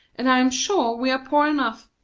and i am sure we are poor enough.